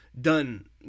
done